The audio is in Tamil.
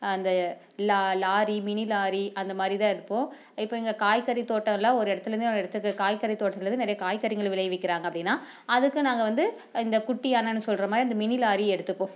இந்த லா லாரி மினி லாரி அந்தமாதிரி தான் எடுப்போம் இப்போ எங்கள் காய்கறி தோட்டமெலாம் ஒரு இடத்துலேந்து இன்னொரு இடத்துக்கு காய்கறி தோட்டத்துலேருந்து நிறைய காய்கறிகள் விளைவிக்கிறாங்க அப்படினா அதுக்கு நாங்கள் வந்து இந்த குட்டி யானைன்னு சொல்கிற மாதிரி அந்த மினி லாரி எடுத்துப்போம்